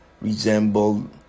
resemble